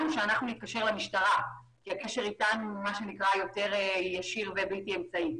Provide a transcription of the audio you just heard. שנתקשר למשטרה כי הקשר אתנו הוא יותר ישיר ובלתי אמצעי.